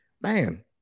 man